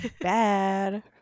bad